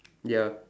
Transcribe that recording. ya